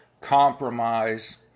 compromise